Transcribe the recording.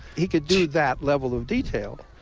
he could do that level of detail,